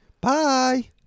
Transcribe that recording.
Bye